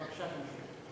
בבקשה תמשיכי.